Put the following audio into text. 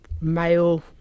Male